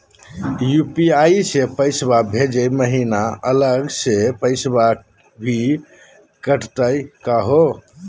UPI स पैसवा भेजै महिना अलग स पैसवा भी कटतही का हो?